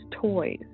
toys